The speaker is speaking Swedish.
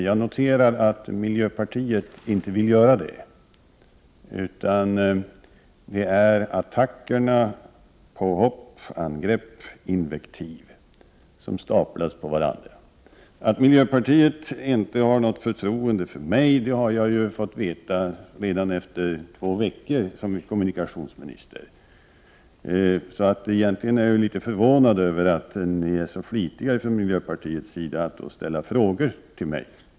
Jag noterar att miljöpartiet inte vill göra det, utan attacker, påhopp, angrepp och invektiv staplas på varandra. Redan efter två veckor som kommunikationsminister fick jag ju veta att miljöpartiet inte hade något förtroende för mig. Därför är jag egentligen litet förvånad över att man inom miljöpartiet är så flitig att ställa frågor till mig.